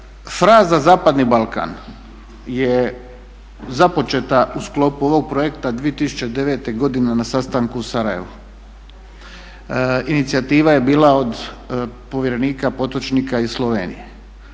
fraza zapadni Balkan je započeta u sklopu ovog projekta 2009. godine na sastanku u Sarajevu. Inicijativa je bila od povjerenika Potočnika iz Slovenije.